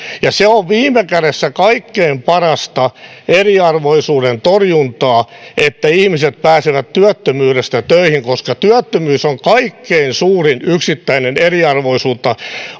vastaan se on viime kädessä kaikkein parasta eriarvoisuuden torjuntaa että ihmiset pääsevät työttömyydestä töihin koska työttömyys on kaikkein suurin yksittäinen eriarvoisuuteen